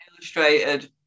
Illustrated